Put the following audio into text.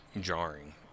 jarring